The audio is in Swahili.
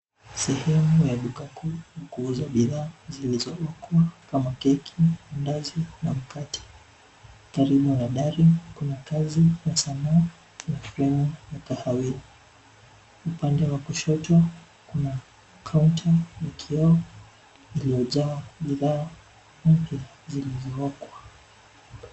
Sehemu ya duka kuu ya kuuza bidhaa zilizookwa kama keki, mandazi na mkate. Karibu na dari, kuna kazi, ya sanaa, ya fremu, ya kahawia. Upande wa kushoto, kuna, kaunta, ya kioo, iliyojaa bidhaa, mpya zilizookwa.